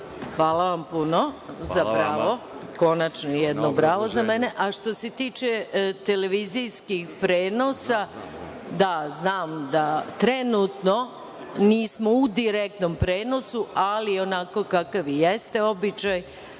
Bravo.)Hvala puno za bravo. Konačno jedno bravo za mene. Što se tiče televizijskih prenosa, da, znam da trenutno nismo u direktnom prenosu, ali onako kakav jeste običaj